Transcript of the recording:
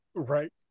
Right